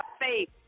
faith